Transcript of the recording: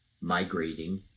migrating